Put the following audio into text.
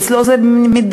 שאצלו זה מתדיין.